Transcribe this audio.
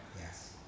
Yes